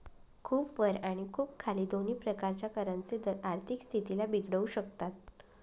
खूप वर आणि खूप खाली दोन्ही प्रकारचे करांचे दर आर्थिक स्थितीला बिघडवू शकतात